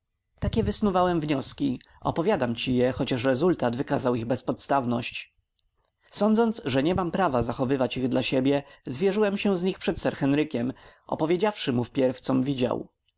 takie wysnuwałem wnioski opowiadam ci je chociaż rezultat wykazał ich bezpodstawność sądząc że nie mam prawa zachowywać ich dla siebie zwierzyłem się z nich przed sir henrykiem opowiedziawszy mu wpierw com widział